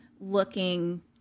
looking